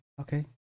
Okay